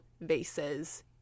vases